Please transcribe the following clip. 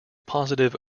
positive